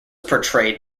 portrayed